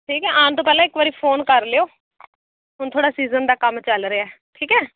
ਠੀਕ ਹੈ ਆਉਣ ਤੋਂ ਪਹਿਲਾਂ ਇੱਕ ਵਾਰ ਫੋਨ ਕਰ ਲਿਓ ਹੁਣ ਥੋੜ੍ਹਾ ਸੀਜ਼ਨ ਦਾ ਕੰਮ ਚੱਲ ਰਿਹਾ ਠੀਕ ਹੈ